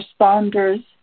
responders